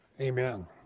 Amen